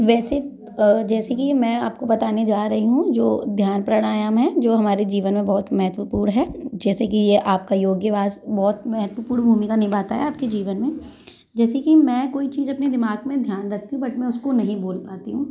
वैसे अ जैसे कि मैं आपको बताने जा रहीं हूँ जो ध्यान प्राणायाम है जो हमारे जीवन में बहुत महत्वपूर्ण है जैसे कि ये आपका योग्यवास बहुत महत्वपूर्ण भूमिका निभाता है आपके जीवन में जैसे कि मैं कोई चीज अपने दिमाग में ध्यान रखती हूँ बट मैं उसको नहीं बोल पाती हूँ